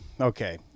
Okay